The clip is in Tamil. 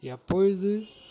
எப்பொழுது